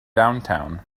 downtown